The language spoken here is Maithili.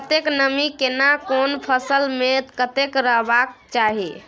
कतेक नमी केना कोन फसल मे कतेक रहबाक चाही?